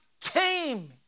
came